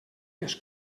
les